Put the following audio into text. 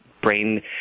brain